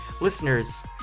Listeners